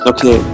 Okay